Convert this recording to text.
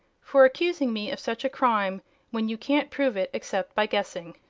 for accusing me of such a crime when you can't prove it except by guessing.